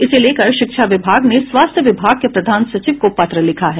इसे लेकर शिक्षा विभाग ने स्वास्थ्य विभाग के प्रधान सचिव को पत्र लिखा है